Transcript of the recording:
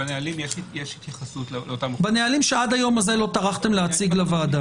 בנהלים יש התייחסות לאותם דברים.